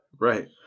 Right